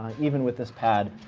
even with this pad.